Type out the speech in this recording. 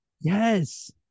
Yes